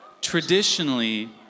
Traditionally